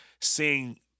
seeing –